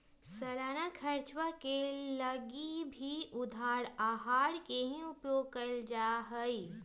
सालाना खर्चवा के लगी भी उधार आहर के ही उपयोग कइल जाहई